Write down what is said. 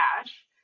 cash